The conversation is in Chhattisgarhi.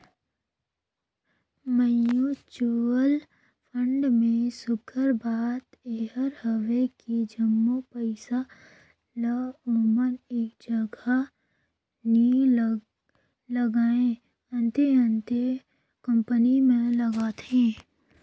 म्युचुअल फंड में सुग्घर बात एहर हवे कि जम्मो पइसा ल ओमन एक जगहा नी लगाएं, अन्ते अन्ते कंपनी में लगाथें